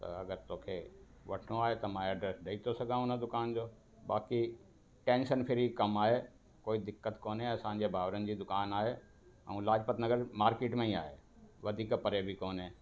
त अगरि तोखे वठिणो आहे त मां एड्रेस ॾेई थो सघां उन दुकान जो बाक़ी टेंशन फ्री कम आहे कोई दिक़त काने असांजे भाउरनि जी दुकानु आहे ऐं लाजपत नगर मार्केट में ई आहे वधीक परे बि कोन्हे